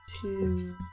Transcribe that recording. two